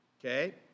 okay